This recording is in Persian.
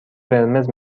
قرمز